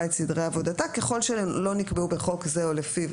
את סדרי עבודתה ככל שלא נקבעו בחוק זה או לפיו.